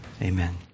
Amen